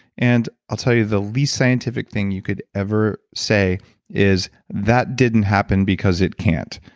and i'll tell you the least scientific thing you could ever say is that didn't happen because it can't.